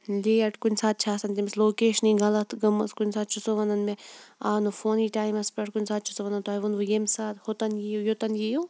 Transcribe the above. late کُنہِ ساتہٕ چھِ آسان تٔمِس لوکیشنٕے غَلَط گٔمٕژ کُنہِ ساتہٕ چھُ سُہ وَنان مےٚ آو نہٕ فونٕے ٹایمَس پیٹھ کُنہِ ساتہٕ چھُ سُہ وَنان تۄہہِ وۄنو ییٚمہِ ساتہٕ ہوتَن یِیِو یوتَن یِیِو